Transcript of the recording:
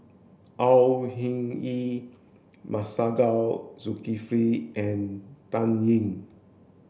Au Hing Yee Masagos Zulkifli and Dan Ying